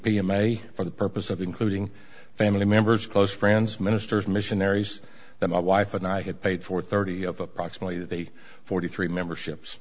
i for the purpose of including family members close friends ministers missionaries that my wife and i had paid for thirty of approximately forty three memberships